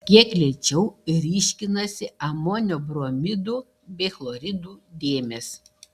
kiek lėčiau ryškinasi amonio bromidų bei chloridų dėmės